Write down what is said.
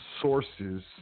sources